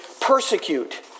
persecute